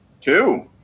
Two